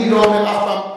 אני לא אומר אף פעם,